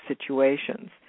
situations